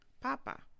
Papa